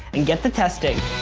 and get to testing.